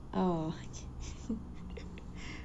oh